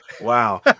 wow